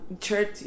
Church